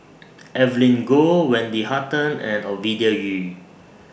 Evelyn Goh Wendy Hutton and Ovidia Yu